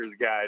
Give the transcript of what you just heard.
guys